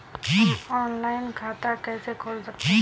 हम ऑनलाइन खाता कैसे खोल सकते हैं?